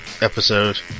episode